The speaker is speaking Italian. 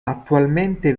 attualmente